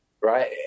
right